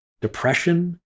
depression